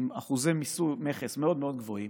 עם אחוזי מכס מאוד מאוד גבוהים,